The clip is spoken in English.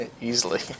Easily